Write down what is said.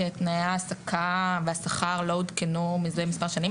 שתנאי ההעסקה והשכר לא עודכנו מזה מספר שנים.